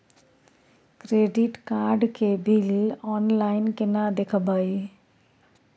Credit card के bill online केना देखबय?